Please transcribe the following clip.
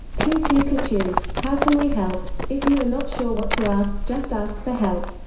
coo coo ca choo! how can we help? if you are not sure what to ask just ask for help.